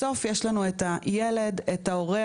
בסוף יש לנו את הילד, את ההורה,